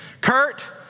Kurt